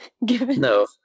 No